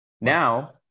Now